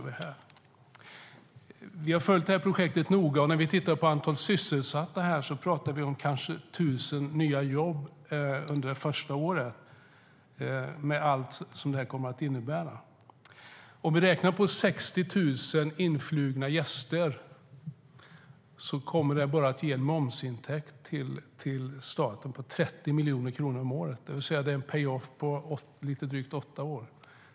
Vi har följt projektet noga. När vi tittar på antalet sysselsatta talar vi om kanske 1 000 nya jobb under första året, med allt som det kommer att innebära. Om vi räknar på 60 000 influgna gäster kommer det att ge staten inkomster på 30 miljoner kronor om året bara i momsintäkter. Det ger en payoff-tid på lite drygt åtta år.